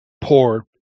poor